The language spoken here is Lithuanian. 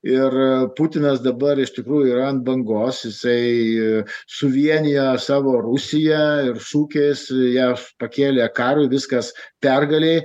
ir putinas dabar iš tikrųjų yra ant bangos jisai suvienijo savo rusiją ir šukės ją pakėlė karui viskas pergalei